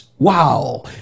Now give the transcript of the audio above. Wow